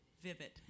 vivid